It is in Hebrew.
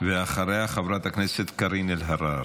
אחריה, חברת הכנסת קארין אלהרר.